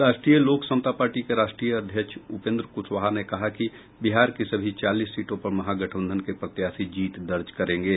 राष्ट्रीय लोक समता पार्टी के राष्ट्रीय अध्यक्ष उपेंद्र क्शवाहा ने कहा कि बिहार की सभी चालीस सीटों पर महागठबंधन के प्रत्याशी जीत दर्ज करेंगे